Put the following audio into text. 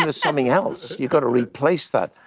and something else. you've gotta replace that.